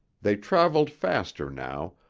they traveled faster now,